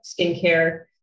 skincare